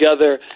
together